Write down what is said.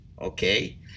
okay